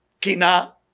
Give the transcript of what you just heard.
kina